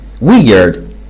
Weird